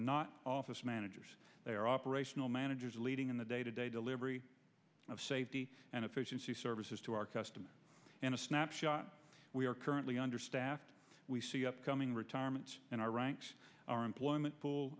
not office managers they are operational managers leading in the day to day delivery of safety and efficiency services to our customers in a snapshot we are currently understaffed we see upcoming retirements in our ranks our employment